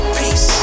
peace